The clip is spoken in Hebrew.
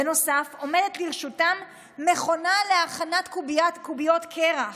בנוסף עומדת לרשותם מכונה להכנת קוביות קרח".